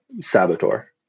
saboteur